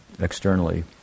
externally